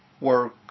work